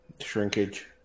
Shrinkage